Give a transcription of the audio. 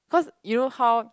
cause you know how